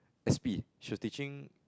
S_P she was teaching